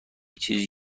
چیزی